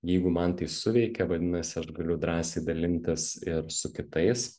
jeigu man tai suveikia vadinasi aš galiu drąsiai dalintis ir su kitais